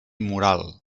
moral